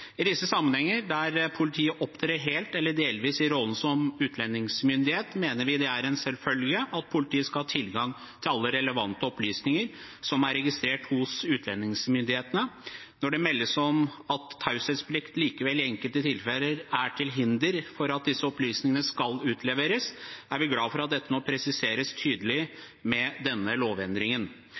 I disse sammenhenger, der politiet opptrer helt eller delvis i rollen som utlendingsmyndighet, mener vi det er en selvfølge at politiet skal ha tilgang til alle relevante opplysninger som er registrert hos utlendingsmyndighetene. Når det meldes om at taushetsplikt likevel, i enkelte tilfeller, er til hinder for at disse opplysningene skal utleveres, er vi glad for at dette nå presiseres tydelig med denne lovendringen.